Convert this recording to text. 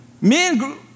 men